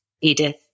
Edith